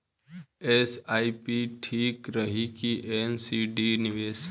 SIP ठीक रही कि एन.सी.डी निवेश?